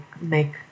make